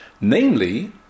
Namely